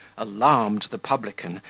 alarmed the publican,